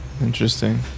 Interesting